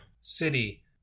City